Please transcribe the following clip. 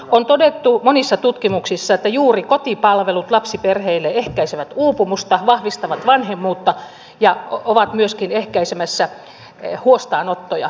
on todettu monissa tutkimuksissa että juuri kotipalvelut lapsiperheille ehkäisevät uupumusta vahvistavat vanhemmuutta ja ovat myöskin ehkäisemässä huostaanottoja